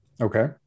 Okay